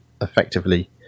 effectively